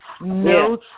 No